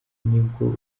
nibwo